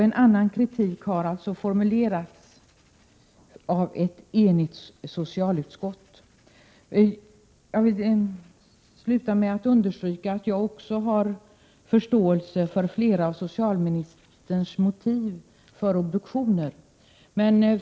En annan kritik har också formulerats av ett enigt socialutskott. Jag vill sluta med att understryka att jag också har förståelse för flera av de motiv för obduktion som socialministern nämner.